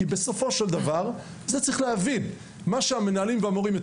בסופו של דבר מה שהמנהלים והמורים,